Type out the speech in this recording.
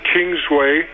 Kingsway